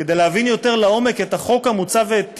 כדי להבין יותר לעומק את החוק המוצע ואת טיבו,